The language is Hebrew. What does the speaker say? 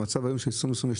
במצב היום של 2022,